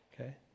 Okay